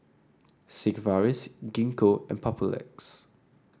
Sigvaris Gingko and Papulex